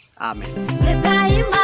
Amen